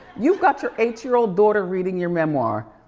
you've got your eight year old daughter reading your memoir.